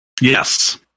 Yes